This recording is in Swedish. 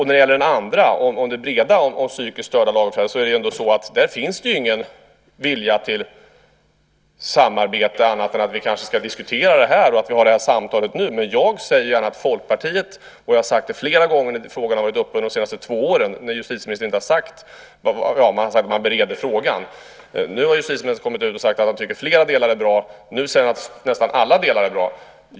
När det gäller det andra och det breda om psykiskt störda lagöverträdare finns det ju ingen vilja till samarbete annat än att vi kanske ska diskutera det här och har det här samtalet nu. Men jag ser gärna att Folkpartiet är med. Jag har sagt det flera gånger när frågan har varit uppe under de senaste två åren och justitieministern har sagt att man bereder frågan. Nu har justitieministern kommit ut och sagt att han tycker att flera delar är bra. Nu säger han att nästan alla delar är bra.